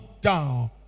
down